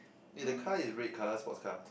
eh that car is red colour sports car